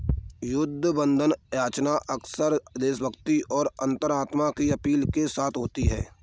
युद्ध बंधन याचना अक्सर देशभक्ति और अंतरात्मा की अपील के साथ होती है